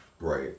Right